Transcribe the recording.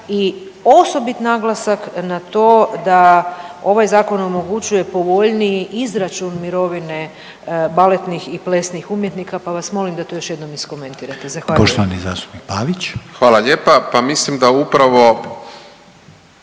i osobit naglasak na to da ovaj zakon omogućuje povoljniji izračun mirovine baletnih i plesnih umjetnika, pa vas molim da to još jednom iskomentirate, zahvaljujem. **Reiner, Željko